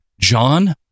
John